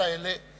הצעה